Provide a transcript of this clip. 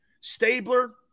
Stabler